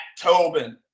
Tobin